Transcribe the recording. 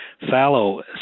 fallow